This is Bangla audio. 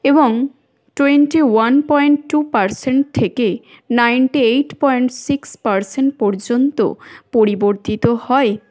এবং twenty one point two percent থেকে ninety eight point six percent পর্যন্ত পরিবর্তিত হয়